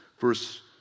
verse